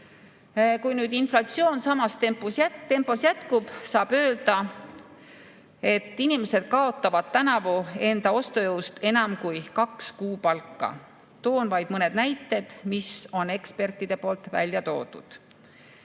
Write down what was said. Kui inflatsioon samas tempos jätkub, saab öelda, et inimesed kaotavad tänavu enda ostujõust enam kui kaks kuupalka. Toon vaid mõned näited, mis eksperdid on välja toonud.